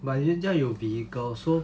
but 人家有 vehicle so